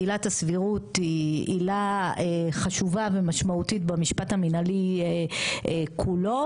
עילת הסבירות היא עילה חשובה ומשמעותית במשפט המינהלי כולו.